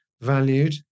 valued